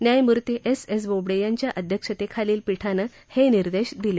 न्यायमूर्ती S S Bobde यांच्या अध्यक्षतेखालील पीठानं हे निर्देश दिले